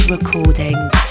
recordings